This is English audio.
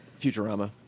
Futurama